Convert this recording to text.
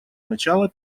начало